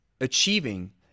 achieving